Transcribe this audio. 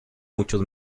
muchos